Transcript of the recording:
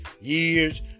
years